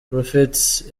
prophetess